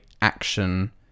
action